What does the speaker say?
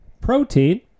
protein